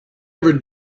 ever